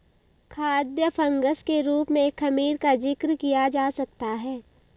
खाद्य फंगस के रूप में खमीर का जिक्र किया जा सकता है